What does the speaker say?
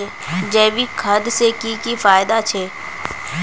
जैविक खाद से की की फायदा छे?